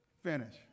finish